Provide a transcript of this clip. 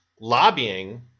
lobbying